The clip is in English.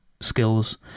skills